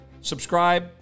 subscribe